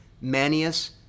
Manius